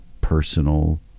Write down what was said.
personal